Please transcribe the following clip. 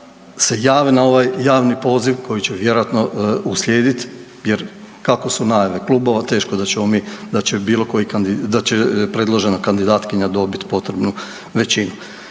se jave na ovaj javni poziv koji će vjerojatno uslijedit jer kako su najave klubova teško da ćemo mi, da će bilo koji kandidat, da će predložena kandidatkinja dobiti potrebnu većinu.